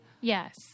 Yes